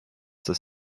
des